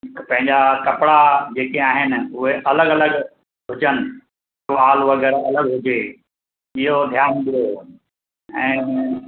पंहिंजा कपिड़ा जेके आहिनि उहे अलॻि अलॻि हुजनि ट्वालु वग़ैरह अलॻि हुजे इहो धियानु ॾियो ऐं